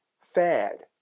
fad